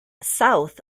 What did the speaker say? south